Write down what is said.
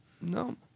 No